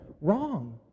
Wrong